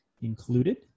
included